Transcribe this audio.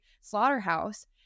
slaughterhouse